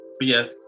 yes